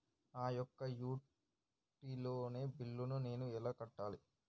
నా యొక్క utility bill నేను ఎలా కట్టాలి?